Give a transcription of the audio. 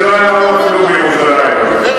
זה לא היה נהוג אפילו בירושלים, אגב.